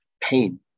pain